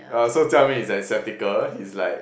uh so Jia-Ming is a skeptical he's like